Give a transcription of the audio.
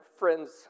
friends